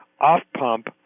off-pump